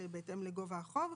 בהתאם לגובה החוב,